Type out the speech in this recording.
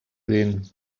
sehen